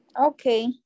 okay